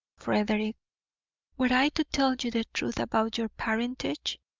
frederick, were i to tell you the truth about your parentage,